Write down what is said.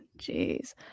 Jeez